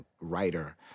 writer